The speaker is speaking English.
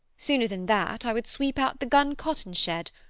sooner than that, i would sweep out the guncotton shed,